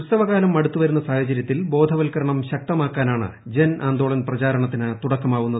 ഉത്സവകാലം അടുത്തുവരുന്ന സാഹചരൃത്തിൽ ബോധവൽക്കരണം ശക്തമാക്കാനാണ് ജൻ ആന്തോളൻ പ്രചാരണത്തിന് തുടക്കമാവുന്നത്